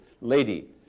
lady